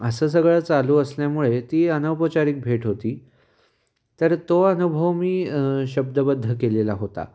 असं सगळं चालू असल्यामुळे ती अनौपचारिक भेट होती तर तो अनुभव मी शब्दबद्ध केलेला होता